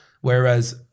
whereas